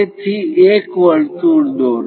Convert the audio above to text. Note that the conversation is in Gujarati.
તેથી એક વર્તુળ દોરો